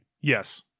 Yes